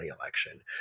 election